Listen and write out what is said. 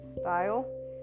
style